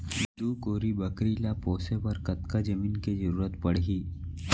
दू कोरी बकरी ला पोसे बर कतका जमीन के जरूरत पढही?